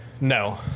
No